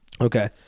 Okay